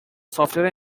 software